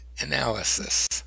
analysis